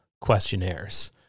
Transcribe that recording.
questionnaires